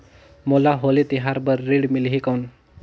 मोला होली तिहार बार ऋण मिलही कौन?